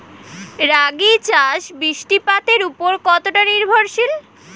রাগী চাষ বৃষ্টিপাতের ওপর কতটা নির্ভরশীল?